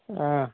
অঁ